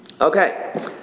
Okay